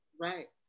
Right